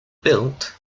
built